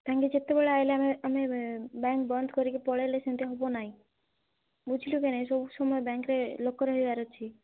ତାଙ୍କେ ଯେତେବେଳେ ଆସିଲେ ଆମେ ଆମେ ବ୍ୟାଙ୍କ ବନ୍ଦ କରିକି ପଳାଇଲେ ସେମିତି ହେବ ନାହିଁ ବୁଝିଲୁ କି ନାହିଁ ସବୁ ସମୟରେ ବ୍ୟାଙ୍କରେ ଲୋକ ରହିବାର ଅଛି